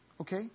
okay